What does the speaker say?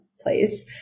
place